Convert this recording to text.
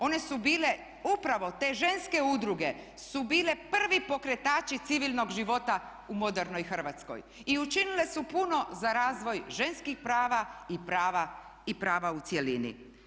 One su bile, upravo te ženske udruge su bile prvi pokretači civilnog života u modernoj Hrvatskoj i učinile su puno za razvoj ženskih prava i prava u cjelini.